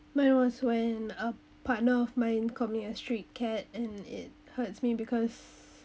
mine was when a partner of my called me a street cat and it hurts me because